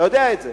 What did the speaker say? אתה יודע את זה.